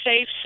safe